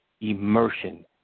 immersion